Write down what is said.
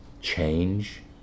change